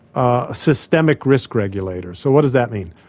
a systemic risk regulator. so, what does that mean?